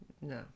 No